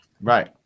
right